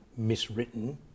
miswritten